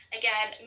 again